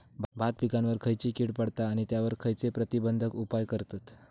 भात पिकांवर खैयची कीड पडता आणि त्यावर खैयचे प्रतिबंधक उपाय करतत?